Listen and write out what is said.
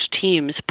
teams